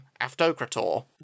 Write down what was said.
Aftokrator